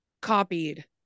copied